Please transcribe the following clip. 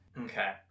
Okay